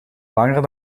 langer